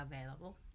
available